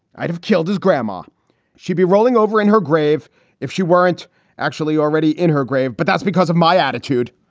i'd have killed his grandma she'd be rolling over in her grave if she weren't actually already in her grave. but that's because of my attitude.